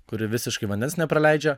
kuri visiškai vandens nepraleidžia